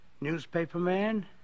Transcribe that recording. Newspaperman